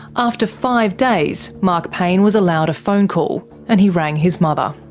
after five days, mark payne was allowed a phone call, and he rang his mother